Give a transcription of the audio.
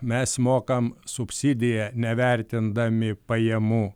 mes mokam subsidiją nevertindami pajamų